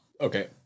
okay